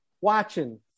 watching